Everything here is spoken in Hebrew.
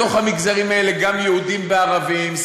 בתוך המגזרים האלה גם יהודים בערבים,